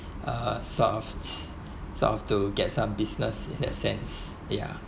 err sort of sort of to get some business in that sense ya